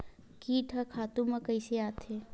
कीट ह खातु म कइसे आथे?